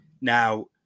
Now